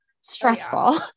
stressful